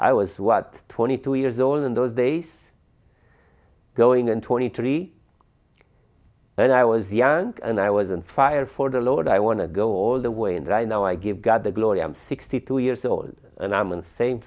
i was what twenty two years old in those days going on twenty three when i was young and i was on fire for the lord i want to go all the way and i know i give god the glory i'm sixty two years old and i'm and sa